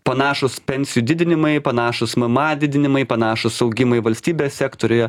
panašūs pensijų didinimai panašūs mama didinimai panašūs augimui valstybės sektoriuje